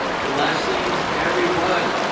blessings everyone,